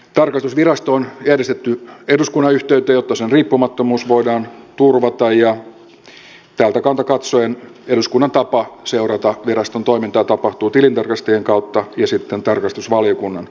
tarkastusvirasto on järjestetty eduskunnan yhteyteen jotta sen riippumattomuus voidaan turvata ja tältä kannalta katsoen eduskunnan tapa seurata viraston toimintaa tapahtuu tilintarkastajien kautta ja sitten tarkastusvaliokunnan kautta